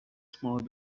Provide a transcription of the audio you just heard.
small